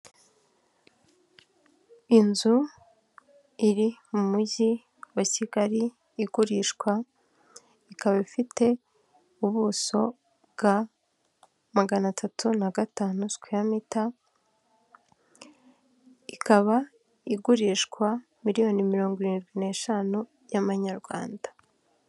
Inzu iri mu Mujyi wa Kigali igurishwa, ikaba ifite ubuso bwa magana atatu na gatanu sikweya mita, ikaba igurishwa miliyoni mirongo irindwi n'eshanu y'amanyarwanda.